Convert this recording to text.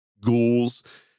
ghouls